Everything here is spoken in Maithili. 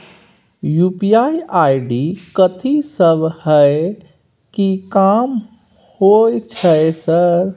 यु.पी.आई आई.डी कथि सब हय कि काम होय छय सर?